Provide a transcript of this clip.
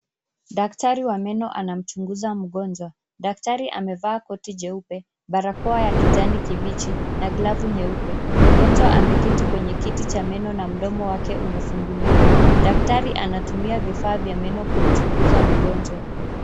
Daktari wa meno anamchunguza mgonjwa. Daktari amevaa koti jeupe, barakoa ya kijani kibichi na glavu nyeupe. Mgonjwa ameketi kwenye kiti cha meno na mdomo wake umefunguliwa. Daktari anatumia vifaa vya meno kumchunguza mgonjwa.